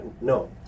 no